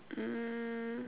mm